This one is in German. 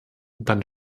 dann